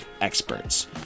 experts